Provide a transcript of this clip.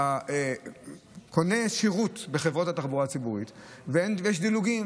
אתה קונה שירות בחברות התחבורה הציבורית ויש דילוגים,